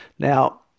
Now